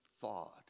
thought